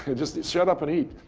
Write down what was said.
and just shut up and eat.